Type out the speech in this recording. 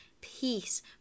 peace